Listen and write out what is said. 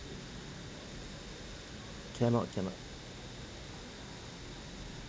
cannot cannot